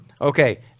Okay